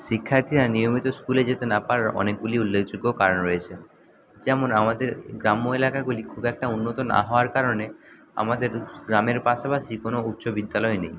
শিক্ষার্থীরা নিয়মিত স্কুলে যেতে না পারার অনেকগুলি উল্লেখযোগ্য কারণ রয়েছে যেমন আমাদের গ্রাম্য এলাকাগুলি খুব একটা উন্নত না হওয়ার কারণে আমাদের গ্রামের পাশাপাশি কোনো উচ্চ বিদ্যালয় নেই